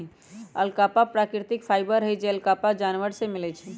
alpaca प्राकृतिक fibre हई जे अल्पाका जानवर से मिलय छइ